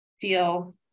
feel